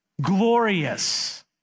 glorious